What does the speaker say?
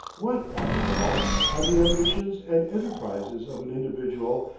what, after all are the ambitions and enterprises of an individual,